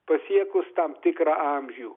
pasiekus tam tikrą amžių